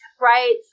right